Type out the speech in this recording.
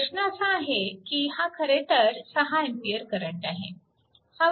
प्रश्न असा आहे की हा खरे तर 6 A करंट आहे